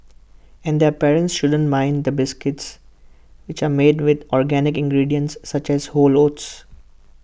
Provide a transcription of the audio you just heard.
and their parents shouldn't mind the biscuits which are made with organic ingredients such as whole oats